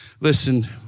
Listen